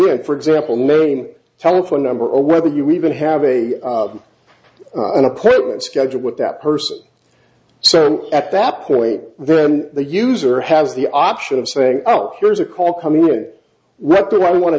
in for example name telephone number or whether you even have a an appointment scheduled with that person so at that point then the user has the option of saying oh here's a call community what i want to